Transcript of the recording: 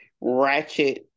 ratchet